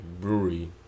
brewery